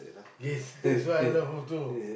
yes that's what I love also